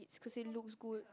cause it looks good